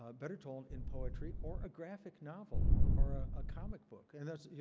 ah better told in poetry or a graphic novel or ah a comic book. and that's,